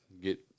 get